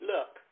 Look